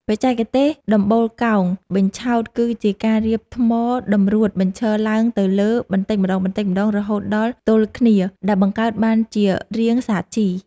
បច្ចេកទេសដំបូលកោងបញ្ឆោតគឺជាការរៀបថ្មតម្រួតបញ្ឈរឡើងទៅលើបន្តិចម្តងៗរហូតដល់ទល់គ្នាដែលបង្កើតបានជារាងសាជី។